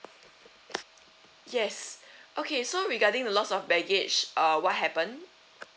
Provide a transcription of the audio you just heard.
yes okay so regarding the loss of baggage uh what happen